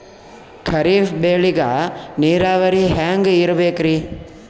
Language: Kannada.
ಖರೀಫ್ ಬೇಳಿಗ ನೀರಾವರಿ ಹ್ಯಾಂಗ್ ಇರ್ಬೇಕರಿ?